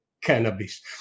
cannabis